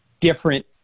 different